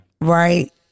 Right